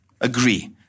agree